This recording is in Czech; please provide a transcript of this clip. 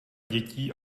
dětí